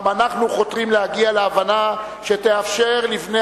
גם אנחנו חותרים להגיע להבנה שתאפשר לבני